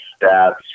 stats